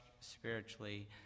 spiritually